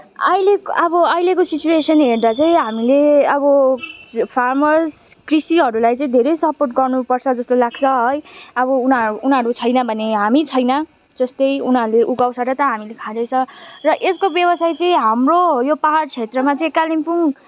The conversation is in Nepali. अहिलेको अब अहिलेको सिचुवेसन हेर्दा चाहिँ हामीले अब फार्मर्स कृषिहरूलाई चाहिँ धेरै सपोर्ट गर्नुपर्छ जस्तो लाग्छ है अब उनीहरू उनीहरू छैन भने हामी छैन जस्तै अब उनीहरूले उगाउँछ र त हामीले खाँदैछ र यसको व्यवसाय चाहिँ हाम्रो यो पाहाड क्षेत्रमा चाहिँ कालिम्पोङ